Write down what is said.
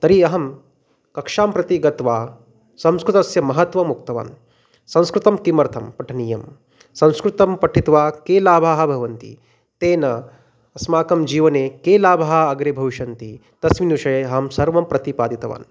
तर्हि अहं कक्षां प्रति गत्वा संस्कृतस्य महत्त्वम् उक्तवान् संस्कृतं किमर्थं पठनीयं संस्कृतं पठित्वा के लाभाः भवन्ति तेन अस्माकं जीवने के लाभाः अग्रे भविष्यन्ति तस्मिन् विषये अहं सर्वं प्रतिपादितवान्